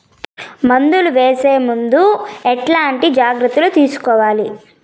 మందులు వేసే ముందు ఎట్లాంటి జాగ్రత్తలు తీసుకోవాలి?